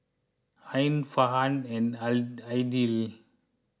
Ain Farhan and Aidil